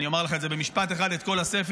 אני אומר לך במשפט אחד את כל הספר: